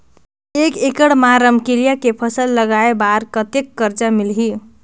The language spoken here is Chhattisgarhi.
एक एकड़ मा रमकेलिया के फसल लगाय बार कतेक कर्जा मिलही?